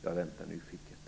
Jag väntar nyfiket.